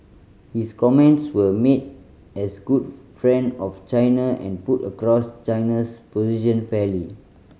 his comments were made as good friend of China and put across China's position fairly